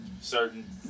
certain